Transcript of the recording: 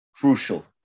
crucial